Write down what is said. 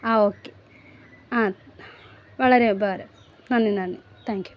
ആ ഓക്കേ വളരെ ഉപകാരം നന്ദി നന്ദി താങ്ക് യൂ